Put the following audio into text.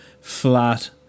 flat